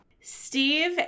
Steve